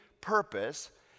purpose